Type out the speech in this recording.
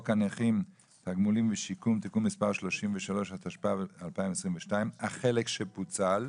הנכים תגמולים ושיקום תיקון מספר 33 התשפ"ב 2022 החלק שפוצל.